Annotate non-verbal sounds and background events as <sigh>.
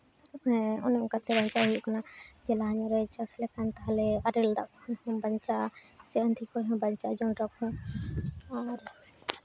ᱚᱱᱮ ᱚᱱᱠᱟᱛᱮ ᱵᱟᱧᱪᱟᱣ ᱦᱩᱭᱩᱜ ᱠᱟᱱᱟ <unintelligible> ᱛᱟᱦᱚᱞᱮ ᱟᱨᱮᱞ ᱫᱟᱜ ᱠᱷᱚᱡ ᱦᱚᱸ ᱵᱟᱧᱪᱟᱜᱼᱟ ᱥᱮ ᱟᱸᱫᱷᱮ ᱠᱷᱚᱡ ᱦᱚᱸ ᱵᱟᱧᱪᱟᱜᱼᱟ ᱡᱚᱱᱰᱨᱟ ᱠᱷᱚᱱ ᱦᱚᱸ ᱟᱨ